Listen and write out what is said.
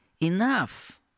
enough